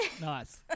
Nice